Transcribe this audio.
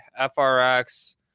FRX